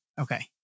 Okay